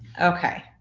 Okay